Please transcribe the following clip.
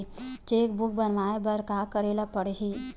Cheque book बनवाय बर का करे ल पड़हि?